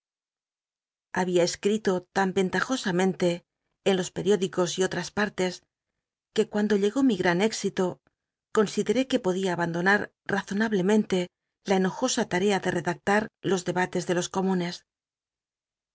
llabia escrito tan ventajosamente en los pcrióflicos y otras partes que cuando llegó mi gran éxito ron ideré cjue podía abandonar razonablemente la enojosa tarea de redactar los debates de los comunes